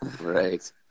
right